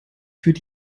führt